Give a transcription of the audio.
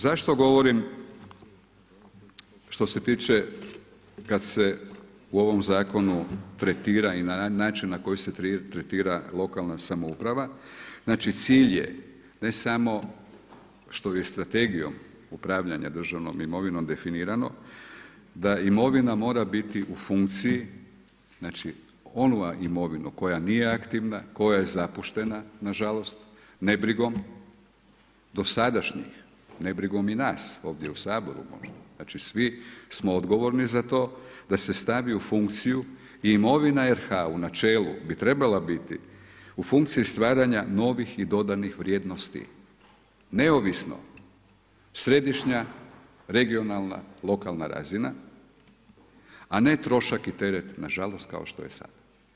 Zašto govorim što se tiče kad se u ovom zakon tretira na način na koji se tretira lokalna samouprava, znači cilj je ne samo što je i strategijom upravljanja državnom imovinom definirano da imovina mora biti u funkciji, znači ona imovina koja nije aktivna, koja je zapuštena nažalost nebrigom, dosadašnjih, nebrigom i nas ovdje u Saboru možda, znači svi smo odgovorni za to da se stavi u funkciju i imovina RH u načelu bi trebala biti u funkciji stvaranja novih i dodanih vrijednosti, neovisno središnja, regionalna, lokalna razina a ne trošak i teret nažalost kao što je sad.